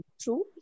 True